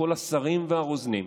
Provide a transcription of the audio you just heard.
כל השרים והרוזנים,